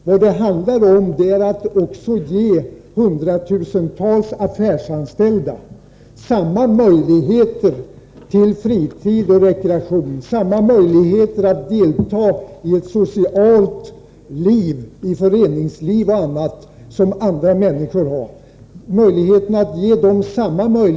Vad det handlar om är att också ge hundratusentals affärsanställda samma möjligheter till fritid och rekreation, samma möjligheter att delta i ett socialt liv, i föreningsliv och annat, som andra människor har, samma möjligheter att jobba tillsammans i arbetslag med andra anställda på ordentliga, vanliga arbetstider. Jag tycker att detta kommer bort i dessa diskussioner. Till sist än en gång: Vilka är det, Christer Eirefelt, som inte har möjlighet att handla mellan kl. 8 på morgonen och kl. 8 på kvällen? Vilka är det?